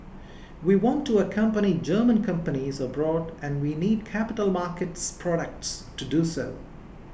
we want to accompany German companies abroad and we need capital markets products to do so